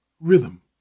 Rhythm